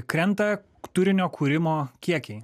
krenta turinio kūrimo kiekiai